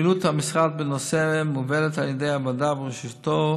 פעילות המשרד בנושא מובלת על ידי הוועדה בראשותו